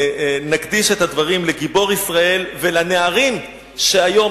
נקדיש את הדברים לגיבור ישראל ולנערים שהיום,